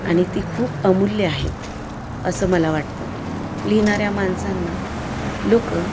आणि ती खूप अमूल्य आहेत असं मला वाटतं लिहिणाऱ्या माणसांना लोक